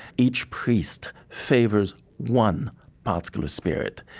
each priest favors one particular spirit,